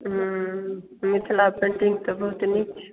हँ मिथिला पेन्टिंग तऽ बहुत नीक छै